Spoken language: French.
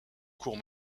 cours